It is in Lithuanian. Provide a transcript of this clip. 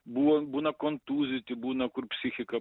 buvo būna kontūzyti būna kur psichika